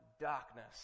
darkness